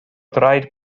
draed